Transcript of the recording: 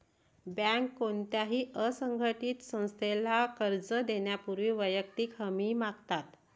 बँका कोणत्याही असंघटित संस्थेला कर्ज देण्यापूर्वी वैयक्तिक हमी मागतात